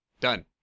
done